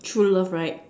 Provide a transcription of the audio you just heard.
true love right